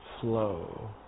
flow